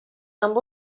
amb